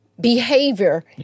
behavior